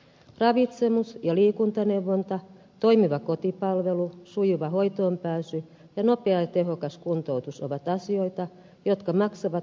ravitsemus ja liikuntaneuvonta toimiva kotipalvelu sujuva hoitoonpääsy ja nopea ja tehokas kuntoutus ovat asioita jotka maksavat itse itsensä